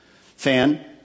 fan